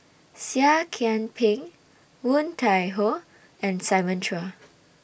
Seah Kian Peng Woon Tai Ho and Simon Chua